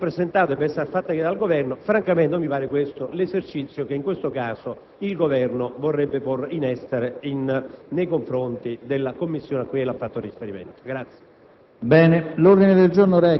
da ciò a ritenere che un decreto-legge presentato debba essere fatto cadere dal Governo, francamente non mi sembra questo l'esercizio che in questo caso il Governo vorrebbe porre in essere nei confronti della Commissione cui ella ha fatto riferimento.